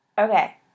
Okay